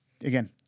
again